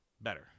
better